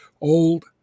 old